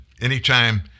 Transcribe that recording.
Anytime